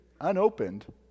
unopened